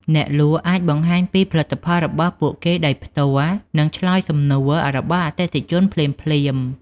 អ្នកលក់អាចបង្ហាញពីផលិតផលរបស់ពួកគេដោយផ្ទាល់ និងឆ្លើយសំណួររបស់អតិថិជនភ្លាមៗ។